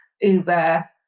Uber